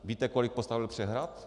Víte, kolik postavil přehrad?